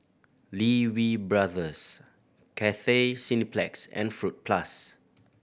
Lee Wee Brothers Cathay Cineplex and Fruit Plus